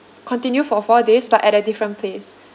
continue for four days but at a different place